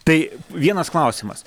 tai vienas klausimas